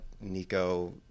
Nico